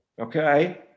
okay